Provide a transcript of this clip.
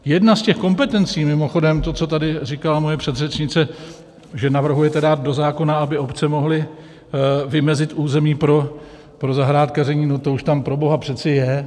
Jedna z těch kompetencí mimochodem to, co tady říkala moje předřečnice, že navrhujete dát do zákona, aby obce mohly vymezit území pro zahrádkaření no to už tam proboha přece je!